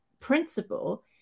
principle